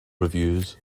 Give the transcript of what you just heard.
reviews